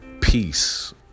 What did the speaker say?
peace